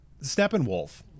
Steppenwolf